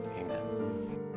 Amen